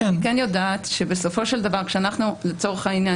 כי אני כן יודעת שבסופו של דבר כשאנחנו לצורך העניין,